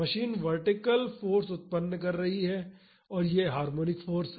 machine vertical force उत्पन्न करती है यह एक हार्मोनिक फाॅर्स है